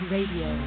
Radio